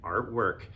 artwork